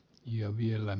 ja vielä